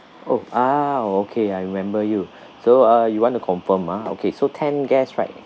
oh ah okay I remember you so uh you want to confirm ah okay so ten guests right